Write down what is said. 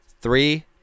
Three